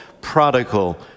prodigal